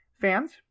fans